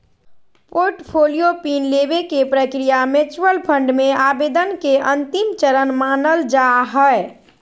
portfolio pin लेबे के प्रक्रिया म्यूच्यूअल फंड मे आवेदन के अंतिम चरण मानल जा हय